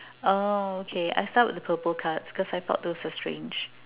oh okay I start with the purple cards because I thought those were strange